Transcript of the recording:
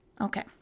Okay